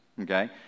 okay